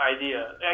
idea